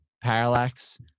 Parallax